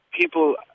people